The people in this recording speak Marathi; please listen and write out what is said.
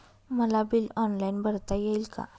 मला बिल ऑनलाईन भरता येईल का?